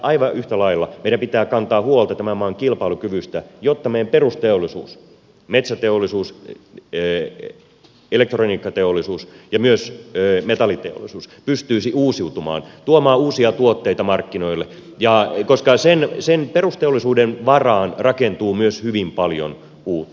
aivan yhtä lailla meidän pitää kantaa huolta tämän maan kilpailukyvystä jotta meillä perusteollisuus metsäteollisuus elektroniikkateollisuus ja myös metalliteollisuus pystyisi uusiutumaan tuomaan uusia tuotteita markkinoille koska sen perusteollisuuden varaan rakentuu myös hyvin paljon uutta